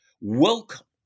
welcome